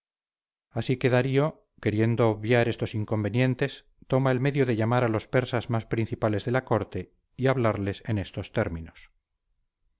así que darío queriendo obviar estos inconvenientes toma el medio de llamar a los persas más principales de la corte y hablarles en estos términos